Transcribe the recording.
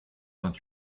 vingt